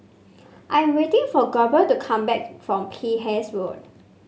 I am waiting for Goebel to come back from Penhas Road